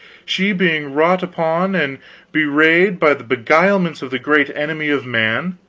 she being wrought upon and bewrayed by the beguilements of the great enemy of man,